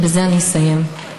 ובזה אסיים: